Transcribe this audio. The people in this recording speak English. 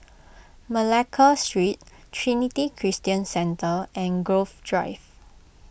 Malacca Street Trinity Christian Centre and Grove Drive